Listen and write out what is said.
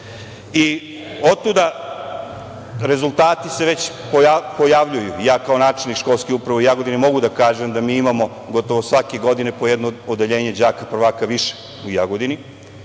se rezultati već pojavljuju. Ja kao načelnik školske uprave u Jagodini mogu da kažem da imamo gotovo svake godine po jedno odeljenje đaka prva više u Jagodini.